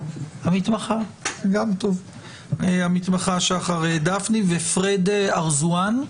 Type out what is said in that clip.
המתמחה שחר דפני ומר פרד ארזואן.